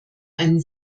ein